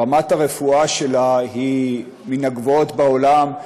רמת הרפואה בה היא מהגבוהות בעולם,